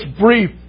brief